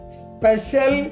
special